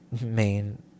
Main